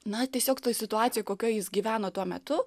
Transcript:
na tiesiog toj situacijoj kokioj jis gyveno tuo metu